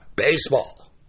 Baseball